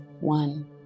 One